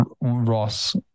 Ross